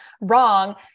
wrong